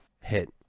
hit